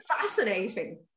fascinating